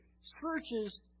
Searches